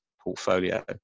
portfolio